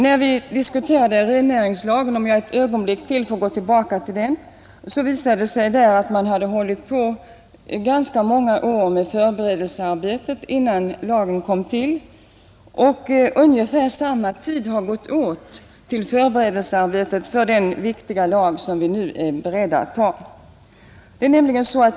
När vi diskuterade rennäringslagen — om jag ytterligare ett ögonblick får gå tillbaka till den — visade det sig där att man hade hållit på i ganska många år med förberedelsearbetet innan lagen kom till, och ungefär samma tid har gått åt till förberedelsearbetet för den viktiga lag som vi nu är beredda att anta.